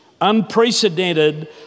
Unprecedented